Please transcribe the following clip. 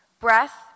Breath